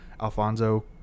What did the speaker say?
Alfonso